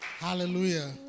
Hallelujah